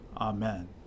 Amen